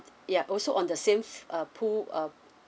ya also on the same uh pool um